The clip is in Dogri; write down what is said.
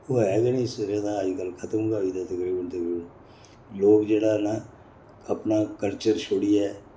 ओह् ऐ गै नी इस रेह्दा अज्जकल खतम गै होई गेदा तकरीबन तकरीबन लोग जेह्ड़ा ना अपना कल्चर छोड़ियै